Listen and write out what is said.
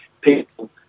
people